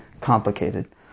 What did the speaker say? complicated